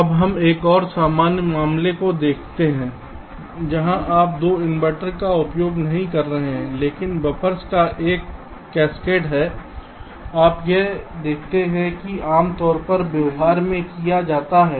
अब हम एक और सामान्य मामले को देखते हैं जहाँ आप 2 इनवर्टर का उपयोग नहीं कर रहे हैं लेकिन बफ़र्स का एक कास्केड है आप यह देखते हैं कि आमतौर पर व्यवहार में क्या किया जाता है